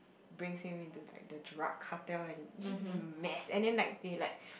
brings him into like the drug cartel and just a mess and then like they like